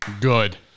Good